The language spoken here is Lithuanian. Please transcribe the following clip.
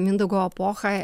mindaugo epochą